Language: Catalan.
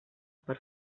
per